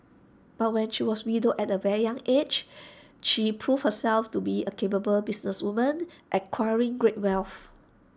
but when she was widowed at A young aged she proved herself to be A capable businesswoman acquiring great wealth